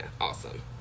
Awesome